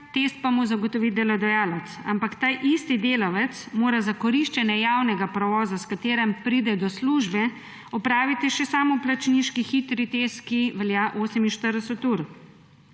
test pa mu zagotovi delodajalec. Ampak ta isti delavec mora za koriščenje javnega prevoza, s katerim pride do službe, opraviti še samoplačniški hitri test, ki velja 48 ur.